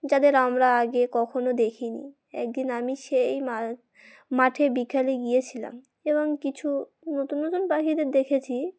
যাদের আমরা আগে কখনও দেখিনি একদিন আমি সেই মা মাঠে বিকোলে গিয়েছিলাম এবং কিছু নতুন নতুন পাখিদের দেখেছি